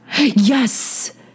Yes